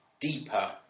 deeper